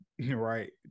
right